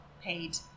paid